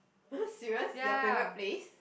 serious your favourite place